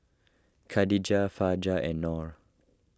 Khadija Fajar and Nor